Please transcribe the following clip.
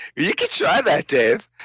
you can try that dave.